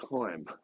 time